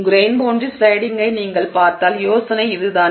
grain boundary ஸ்லைடிங்கை நீங்கள் பார்த்தால் யோசனை இது தான்